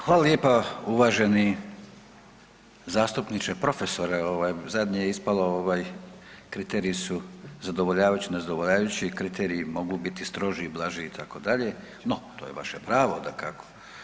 Hvala lijepa uvaženi zastupniče, profesore, ovaj zadnje je ispalo ovaj kriteriji su zadovoljavajući, nezadovoljavajući, kriteriji mogu biti stroži i blaži itd., no to je vaše pravo dakako.